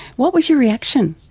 what was your reaction?